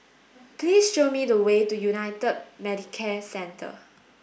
please show me the way to United Medicare Centre